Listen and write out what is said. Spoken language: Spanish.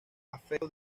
afecto